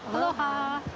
aloha.